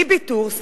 ביבי-טורס,